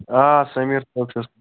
آ سمیٖر صٲب چھُس